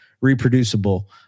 reproducible